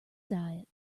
diet